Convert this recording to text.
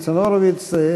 ניצן הורוביץ,